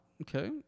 Okay